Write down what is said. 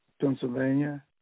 Pennsylvania